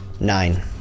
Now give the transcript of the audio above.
nine